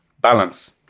balance